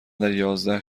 دریازده